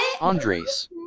Andres